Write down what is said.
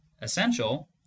Essential